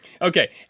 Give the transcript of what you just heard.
okay